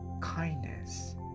kindness